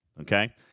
Okay